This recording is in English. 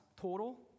total